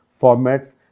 formats